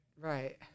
right